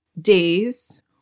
days